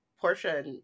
Portia